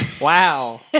Wow